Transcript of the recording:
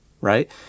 right